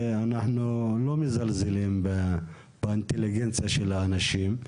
אנחנו לא מזלזלים באינטליגנציה של האנשים,